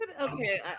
Okay